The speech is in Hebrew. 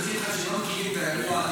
ומזכיר לך שלא מכירים את האירוע,